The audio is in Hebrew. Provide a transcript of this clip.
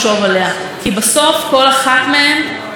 היא והילדים שלה והמשפחה שסובבת אותם.